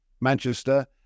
Manchester